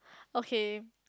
okay